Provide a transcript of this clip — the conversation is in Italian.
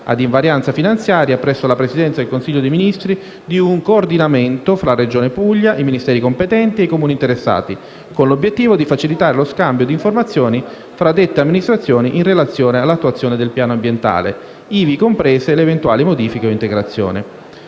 ad invarianza finanziaria, presso la Presidenza del Consiglio dei ministri di un coordinamento tra la Regione Puglia, i Ministeri competenti e i Comuni interessati, con l'obiettivo di facilitare lo scambio di informazioni tra dette amministrazioni in relazione all'attuazione del piano ambientale, ivi comprese le eventuali modifiche o integrazioni.